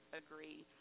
agree